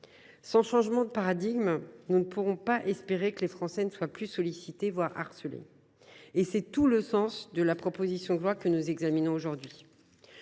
Sans changement de paradigme, nous ne pouvons espérer que les Français ne soient plus sursollicités, voire harcelés. C’est tout le sens de la proposition de loi que nous examinons aujourd’hui.